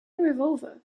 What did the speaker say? revolver